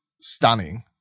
stunning